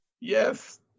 yes